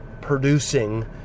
producing